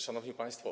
Szanowni Państwo!